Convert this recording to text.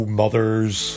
mothers